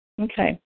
Okay